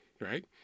right